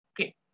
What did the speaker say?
okay